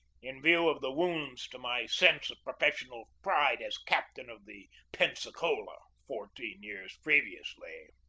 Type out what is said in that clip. in view of the wounds to my sense of professional pride as captain of the pensacola fourteen years previously.